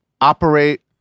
operate